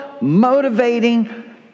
motivating